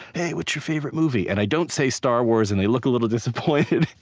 hey, what's your favorite movie? and i don't say star wars, and they look a little disappointed,